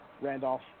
Randolph